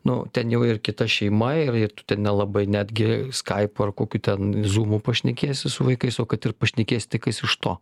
nu ten jau ir kita šeima ir ir tu ten nelabai netgi skaipu ar kokiu ten zūmu pašnekėsi su vaikais o kad ir pašnekėsi tai kas iš to